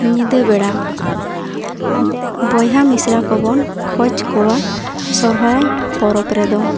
ᱧᱤᱫᱟᱹ ᱵᱮᱲᱟ ᱵᱚᱭᱦᱟ ᱢᱤᱥᱮᱨᱟ ᱠᱚᱵᱚᱱ ᱠᱷᱚᱡᱽ ᱠᱚᱣᱟ ᱥᱚᱨᱦᱟᱭ ᱯᱚᱨᱚᱵᱽ ᱨᱮᱫᱚ